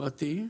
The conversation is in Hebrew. פרטי,